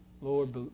Lord